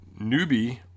newbie